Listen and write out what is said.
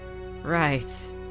Right